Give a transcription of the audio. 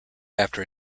after